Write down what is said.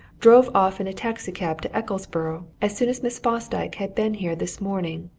drove off in a taxi-cab to ecclesborough, as soon as miss fosdyke had been here this morning.